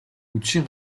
үдшийн